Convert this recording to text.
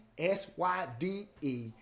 S-Y-D-E